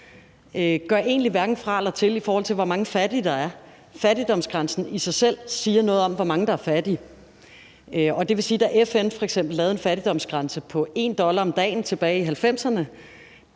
selv egentlig hverken gør fra eller til, i forhold til hvor mange fattige der er. Fattigdomsgrænsen i sig selv siger noget om, hvor mange der er fattige. Det vil sige, at da FN f.eks. lavede en fattigdomsgrænse på en 1 dollar om dagen tilbage i 90'erne,